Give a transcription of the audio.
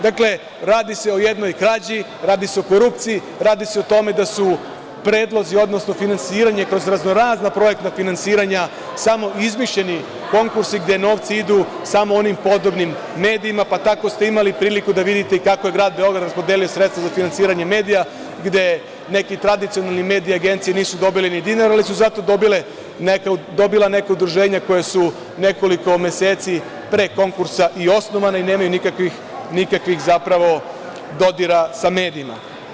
Dakle, radi se o jednoj krađi, radi se o korupciji, radi se o tome da su predlozi, odnosno finansiranje kroz raznorazna projektna finansiranja samo izmišljeni konkursi gde novci idu samo onim podobnim medijima, pa tako ste imali priliku da vidite i kako je Grad Beograd podelio sredstva za finansiranje medija, gde neki tradicionalni mediji i agencije nisu dobile ni dinara, ali su zato dobila neka udruženja koja su nekoliko meseci pre konkursa i osnovana i nemaju nikakvih zapravo dodira sa medijima.